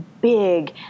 big